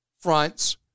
fronts